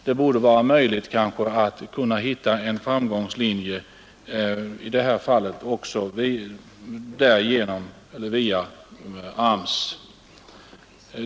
Det borde vara möjligt att också i det här fallet hitta ett sätt att gå fram via AMS.